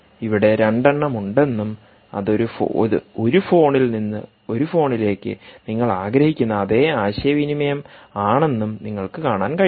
ഇവിടെ രണ്ടെണ്ണം ഉണ്ടെന്നും അത് ഒരു ഫോണിൽ നിന്ന് ഒരു ഫോണിലേക്ക് നിങ്ങൾ ആഗ്രഹിക്കുന്ന അതേ ആശയവിനിമയമാണെന്നും നിങ്ങൾക്ക് കാണാൻ കഴിയും